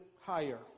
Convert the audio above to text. higher